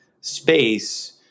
space